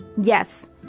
Yes